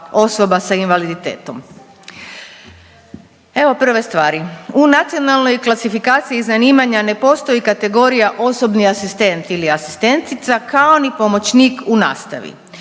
osoba s invaliditetom. Evo prve stvari, u Nacionalnoj klasifikaciji zanimanja ne postoji kategorija osobni asistent ili asistentica kao ni pomoćnik u nastavi.